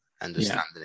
understanding